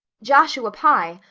joshua pye,